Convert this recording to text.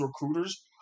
recruiters